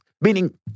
Meaning